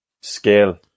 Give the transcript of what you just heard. skill